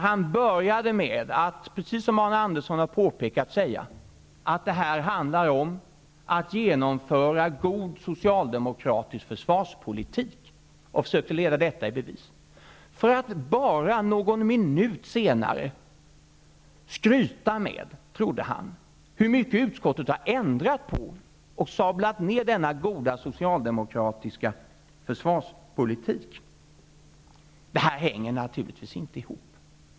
Han började -- precis som Arne Andersson påpekat -- säga att det här handlar om att genomföra god socialdemokratisk försvarspolitik och försökte leda detta i bevis. Men bara någon minut senare trodde han sig kunna skryta med hur mycket utskottet har ändrat på och sablat ned denna goda socialdemokratiska försvarspolitik. Detta hänger naturligtvis inte ihop.